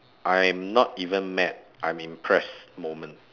I'm not even mad I'm impressed moment